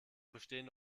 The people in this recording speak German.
bestehen